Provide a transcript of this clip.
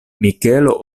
mikelo